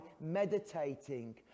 meditating